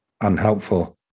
unhelpful